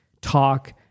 talk